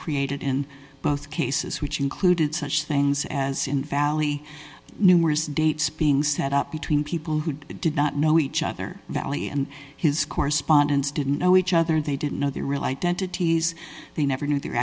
created in both cases which included such things as in valley numerous dates being set up between people who did not know each other valley and his correspondence didn't know each other they didn't know the real identities they never knew their